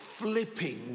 Flipping